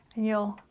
you'll